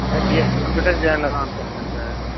sir BSc computers join అవుదాం అనుకుంటున్నాను sir